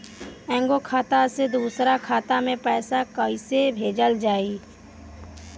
एगो खाता से दूसरा खाता मे पैसा कइसे भेजल जाई?